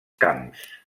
camps